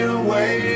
away